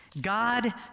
God